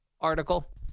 article